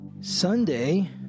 Sunday